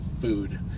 food